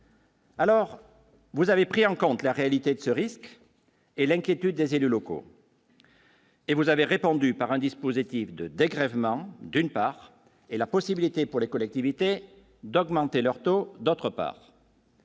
Alors, vous avez pris en compte la réalité de ce risque et l'inquiétude des élus locaux. Et vous avez répondu par un dispositif de dégrèvement d'une part, et la possibilité pour les collectivités d'augmenter leur taux d'autre part.